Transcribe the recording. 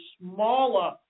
smaller